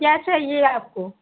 क्या चाहिये आपको